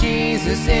Jesus